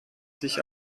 sich